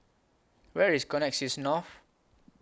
Where IS Connexis North